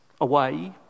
away